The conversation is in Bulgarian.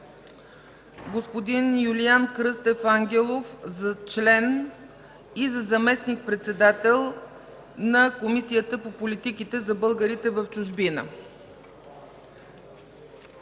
господин Юлиан Кръстев Ангелов за член и заместник-председател на Комисията по политиките за българите в чужбина.